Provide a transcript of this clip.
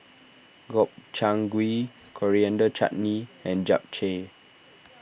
Gobchang Gui Coriander Chutney and Japchae